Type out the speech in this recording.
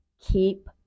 keep